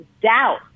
doubt